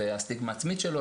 והסטיגמה העצמית שלו,